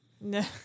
No